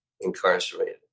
incarcerated